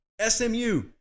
SMU